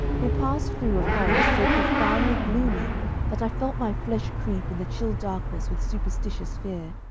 we passed through a forest so profoundly gloomy that i felt my flesh creep in the chill darkness with superstitious fear.